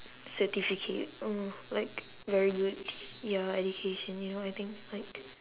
certificate or like very good ya education you know I think like